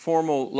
Formal